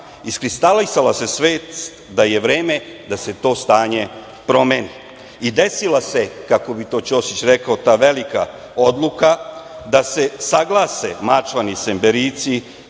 iskristalisala se svest da je vreme da se to stanje promeni i desila se, kako bi to Ćosić rekao, ta velika odluka da se saglase Mačvani, Semberijci,